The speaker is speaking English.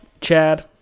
Chad